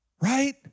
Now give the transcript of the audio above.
Right